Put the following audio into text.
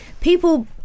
people